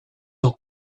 ans